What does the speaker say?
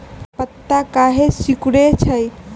पत्ता काहे सिकुड़े छई?